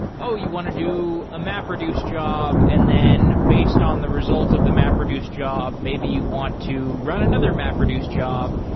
oh, you want to do a map reduce job, and then based on the result of the map reduce job, maybe you want to run another map reduce job,